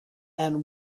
and